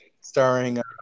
starring